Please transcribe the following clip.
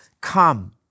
come